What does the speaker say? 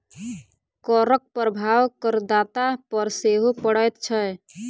करक प्रभाव करदाता पर सेहो पड़ैत छै